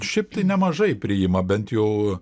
šiaip tai nemažai priima bent jau